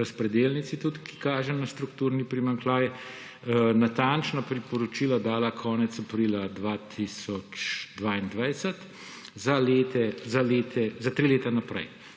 razpredelnici, ki kaže na strukturni primanjkljaj, dala natančna priporočila konec aprila 2022 za tri leta naprej,